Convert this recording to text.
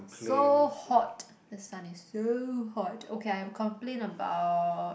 so hot the sun is so hot okay I complain about